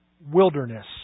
wilderness